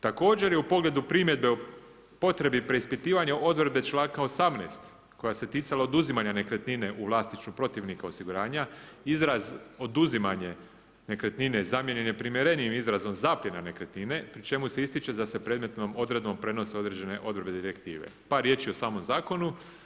Također je u pogledu primjedbe o potrebi preispitivanja odredbe članka 18. koja se ticala oduzimanja nekretnine u vlasništvu protivnika osiguranja izraz oduzimanje nekretnine zamijenjen je primjerenijim izrazom zapljena nekretnine pri čemu se ističe da se predmetnom odredbom prenose određene odredbe direktive pa riječ je o samom zakonu.